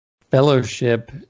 fellowship